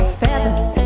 feathers